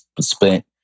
spent